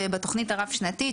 בתוכנית הרב-שנתית,